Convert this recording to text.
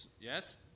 yes